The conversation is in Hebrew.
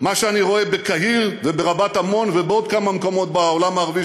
מה שאני רואה בקהיר וברבת-עמון ובעוד כמה מקומות בעולם הערבי,